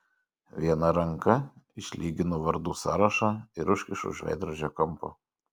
viena ranka išlyginu vardų sąrašą ir užkišu už veidrodžio kampo